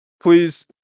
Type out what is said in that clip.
please